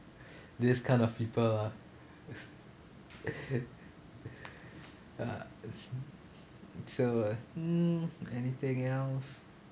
this kind of people ah uh assume so hmm anything else